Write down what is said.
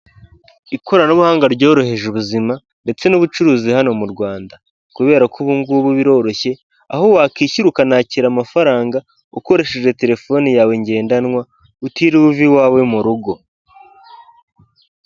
Ikoranabuhanga ryoroheje ubuzima ndetse n'ubucuruzi hano mu Rwanda kubera ko ubu ngubu biroroshye, aho wakwishyura ukanakira amafaranga ukoresheje terefone yawe ngendanwa utiriwe uva iwawe mu rugo.